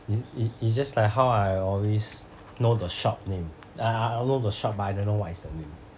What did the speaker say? it it it's just like how I always know the shop name like I I will know the shop but I don't know what is the name